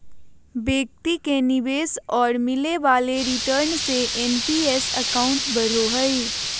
व्यक्ति के निवेश और मिले वाले रिटर्न से एन.पी.एस अकाउंट बढ़ो हइ